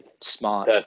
smart